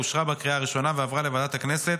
אושרה בקריאה הראשונה ועברה לוועדת הכנסת